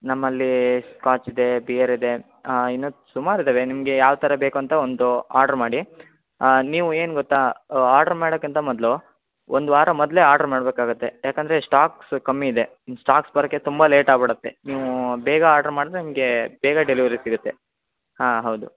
ನಮ್ಮಲ್ಲಿ ಸ್ಕಾಚಿದೆ ಬಿಯರ್ ಇದೆ ಇನ್ನು ಸುಮಾರು ಇದಾವೆ ನಿಮಗೆ ಯಾವ್ಥರ ಬೇಕು ಅಂತ ಒಂದು ಆಡ್ರ್ ಮಾಡಿ ನೀವು ಏನು ಗೊತ್ತಾ ಆಡ್ರ್ ಮಾಡಕ್ಕಿಂತ ಮೊದಲು ಒಂದು ವಾರ ಮೊದಲೇ ಆಡ್ರ್ ಮಾಡ್ಬೇಕಾಗುತ್ತೆ ಯಾಕಂದರೆ ಸ್ಟಾಕ್ಸ್ ಕಮ್ಮಿ ಇದೆ ಇನ್ನಿ ಸ್ಟಾಕ್ಸ್ ಬರೋಕ್ಕೆ ತುಂಬ ಲೇಟಾಗಿ ಬಿಡತ್ತೆ ನೀವು ಬೇಗ ಆಡ್ರ್ ಮಾಡಿದ್ರೆ ನಿಮಗೆ ಬೇಗ ಡೆಲಿವರಿ ಸಿಗುತ್ತೆ ಹಾಂ ಹೌದು